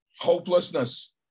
hopelessness